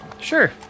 Sure